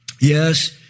Yes